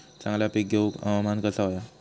चांगला पीक येऊक हवामान कसा होया?